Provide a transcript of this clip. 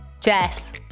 Jess